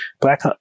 Black